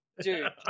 Dude